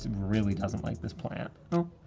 really doesn't like this plant. ooh.